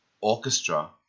orchestra